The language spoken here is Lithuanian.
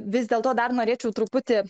vis dėl to dar norėčiau truputį